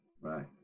Right